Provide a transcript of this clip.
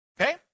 Okay